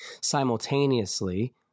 Simultaneously